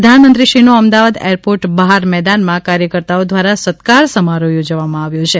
પ્રધાનમંત્રીશ્રીનો Ahmedabad airport બહાર મેદાનમાં કાર્યકર્તાઓ દ્વારા સત્કાર સમારોહ યોજવામાં આવ્યો છે